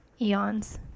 eons